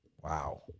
Wow